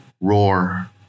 roar